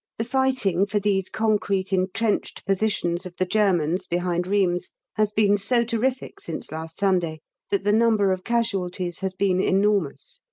the fighting for these concrete entrenched positions of the germans behind rheims has been so terrific since last sunday that the number of casualties has been enormous.